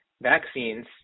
vaccines